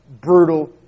brutal